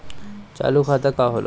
चालू खाता का होला?